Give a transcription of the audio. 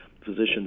Physicians